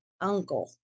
uncle